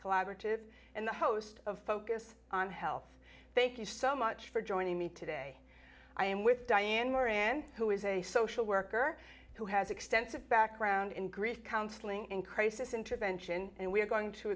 collaborative and the host of focus on health thank you so much for joining me today i am with diane were in who is a social worker who has extensive background in grief counseling and crisis intervention and we're going to